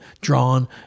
drawn